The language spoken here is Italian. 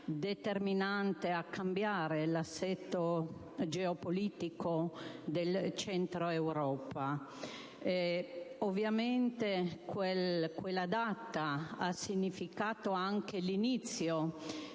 determinante a cambiare l'assetto geopolitico del Centro Europa. Ovviamente, quella data ha significato anche l'inizio